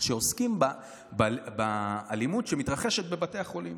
שבה עוסקים באלימות שמתרחשת בבתי החולים.